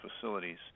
facilities